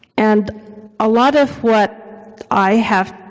and a lot of what i have